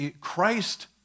Christ